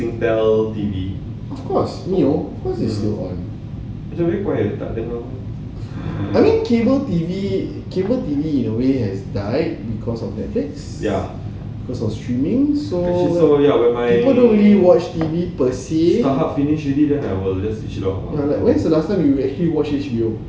of course M_I_O of course it is still on I mean cable T_V cable T_V in a way has died because of Netflix cause of streaming so nobody watch T_V per say when is the last time you watch H_B_O